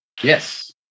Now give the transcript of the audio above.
Yes